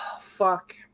fuck